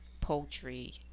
poultry